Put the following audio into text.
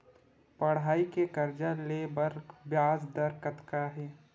पढ़ई के कर्जा ले बर ब्याज दर कतका हे?